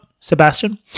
Sebastian